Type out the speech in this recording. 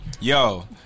Yo